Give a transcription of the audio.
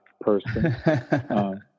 person